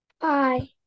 Bye